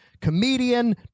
comedian